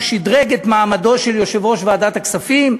הוא שדרג את מעמדו של יושב-ראש ועדת הכספים: